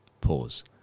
pause